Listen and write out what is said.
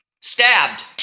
Stabbed